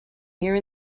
here